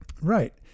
Right